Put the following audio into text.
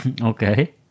Okay